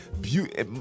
beauty